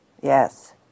Yes